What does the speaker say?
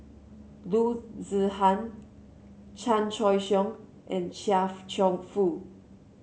Loo Zihan Chan Choy Siong and Chia Cheong Fook